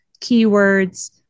keywords